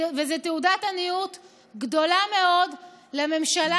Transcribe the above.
וזאת תעודת עניות גדולה מאוד לממשלה,